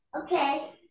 Okay